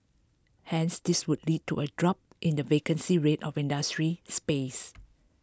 hence this would lead to a drop in the vacancy rate of industrial space